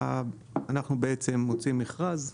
בה אנחנו מוציאים מכרז,